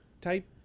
type